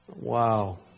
Wow